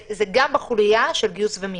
זה גם בחוליה של גיוס ומיון.